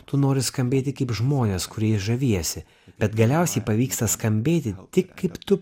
tu nori skambėti kaip žmonės kuriais žaviesi bet galiausiai pavyksta skambėti tik kaip tu